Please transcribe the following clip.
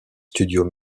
studios